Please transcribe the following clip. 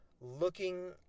looking